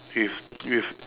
with with